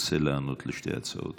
רוצה לענות על שתי ההצעות.